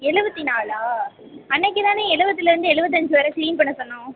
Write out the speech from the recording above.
எழுபத்தி நாலா அன்றைக்கு தான எழுபதுலேந்து எழுபத்தஞ்சி வரைக்கும் கிளீன் பண்ண சொன்னோம்